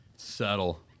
settle